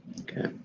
Okay